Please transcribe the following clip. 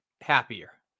happier